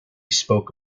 spoke